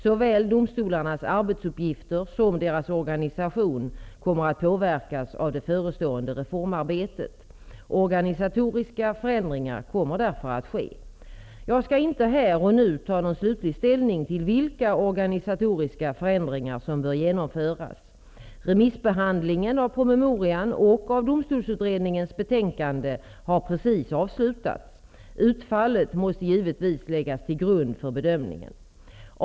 Såväl domstolarnas arbetsuppgifter som deras organisation kommer att påverkas av det förestående reformarbetet. Organisatoriska förändringar kommer därför att ske. Jag skall inte här och nu ta någon slutlig ställning till vilka organisatoriska förändringar som bör genomföras. Remissbehandlingen av promemorian och av Domtolsutredningens betänkande har precis avslutats. Utfallet måste givetvis läggas till grund för bedömningen.